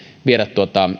viedä